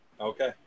Okay